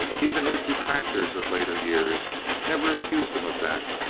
even his detractors of later years never accused him of that.